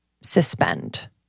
suspend